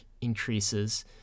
increases